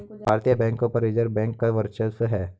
भारतीय बैंकों पर रिजर्व बैंक का वर्चस्व है